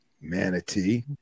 Manatee